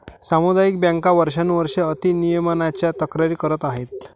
सामुदायिक बँका वर्षानुवर्षे अति नियमनाच्या तक्रारी करत आहेत